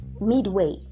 midway